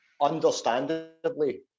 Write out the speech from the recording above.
understandably